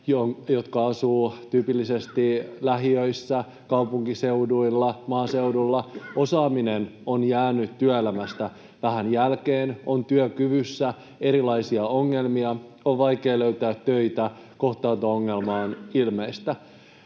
jotka asuvat tyypillisesti lähiöissä, kaupunkiseudulla tai maaseudulla, osaaminen on jäänyt työelämästä vähän jälkeen, työkyvyssä on erilaisia ongelmia, on vaikea löytää töitä, kohtaanto-ongelma on ilmeistä.